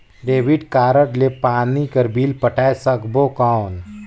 Debit card ले पानी कर बिल पटाय सकबो कौन?